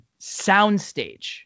soundstage